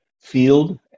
field